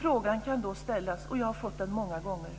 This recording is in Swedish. Frågan kan då ställas, och jag har fått den många gånger: